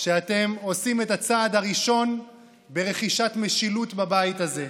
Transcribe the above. שאתם עושים את הצעד הראשון ברכישת משילות בבית הזה.